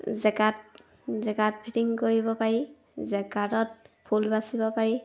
jacquard jacquard fitting কৰিব পাৰি জেকাৰ্ডত ফুল বাচিব পাৰি